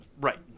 Right